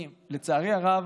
לצערי הרב,